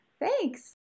Thanks